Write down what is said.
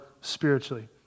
spiritually